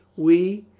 we,